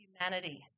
humanity